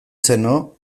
zeno